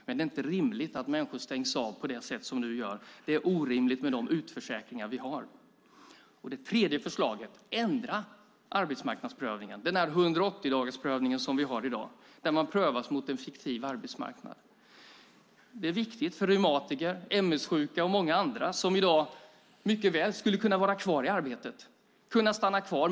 Men det är inte rimligt att människor stängs av på det sätt som nu sker. Det är orimligt med de utförsäkringar vi har. Det tredje förslaget är att ändra arbetsmarknadsprövningen. Det är den 180-dagarsprövning vi har i dag där människor prövas mot en fiktiv arbetsmarknad. Det är viktigt för reumatiker, ms-sjuka och många andra som i dag mycket väl skulle kunna stanna kvar.